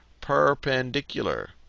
perpendicular